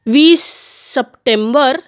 वीस सप्टेंबर